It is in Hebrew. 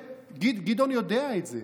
גדעון יודע את זה.